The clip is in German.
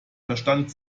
verstand